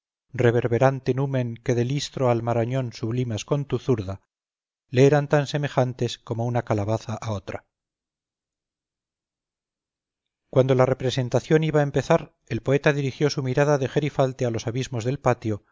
algunos sonetos que si no eran exactamente iguales a aquel famosísimo le eran tan semejantes como una calabaza a otra cuando la representación iba a empezar el poeta dirigió su mirada de gerifalte a los abismos del patio